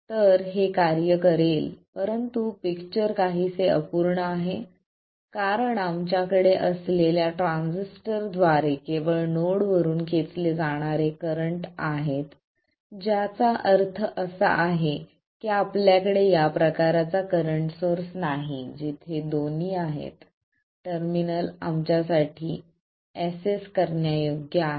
तर हे कार्य करेल परंतु पिक्चर काहीसे अपूर्ण आहे कारण आमच्याकडे असलेल्या ट्रान्झिस्टरद्वारे केवळ नोड वरून खेचले जाणारे करंट आहेत ज्याचा अर्थ असा आहे की आपल्याकडे या प्रकाराचा करंट सोर्स नाही जिथे दोन्ही आहेत टर्मिनल आमच्यासाठी एसेस करण्यायोग्य आहेत